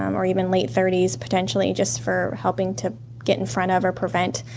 um or even late thirty s potentially, just for helping to get in front of, or prevent,